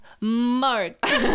Mark